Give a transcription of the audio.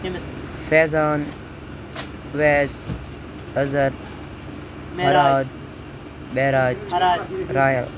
Faizan Owais Azhar Mehraj Mehraj Ryan